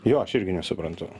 jo aš irgi nesuprantu